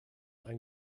ein